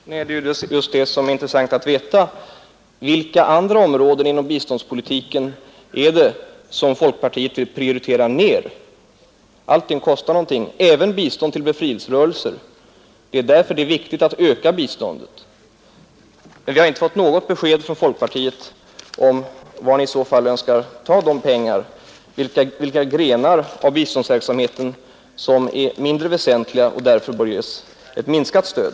Fru talman! Det är just det som är intressant att veta: Vilka andra områden inom biståndspolitiken är det som folkpartiet vill prioritera ner? Allting kostar någonting, även bistånd till befrielserörelser. Det är viktigt att öka det biståndet. Men vi har inte fått något besked från folkpartiet om var ni önskar ta pengarna, vilka grenar av biståndsverksamheten som är mindre väsentliga och därför bör ges ett minskat stöd.